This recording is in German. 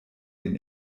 den